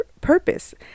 Purpose